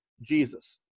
Jesus